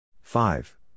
Five